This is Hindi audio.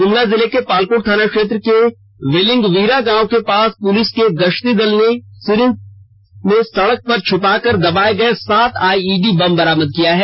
ग्मला जिले के पालकोट थाना क्षेत्र के विलिंगवीरा गांव के पास पुलिस के गश्ती दल ने सीरीज में सड़क पर छुपा कर दबाए गए सात आईईडी बम बरामद किया है